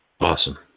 awesome